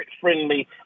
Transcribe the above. friendly